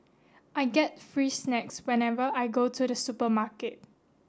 I get free snacks whenever I go to the supermarket